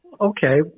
Okay